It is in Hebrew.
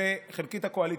חלקית הקואליציה,